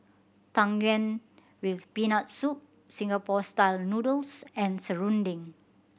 Tang Yuen with Peanut Soup Singapore Style Noodles and serunding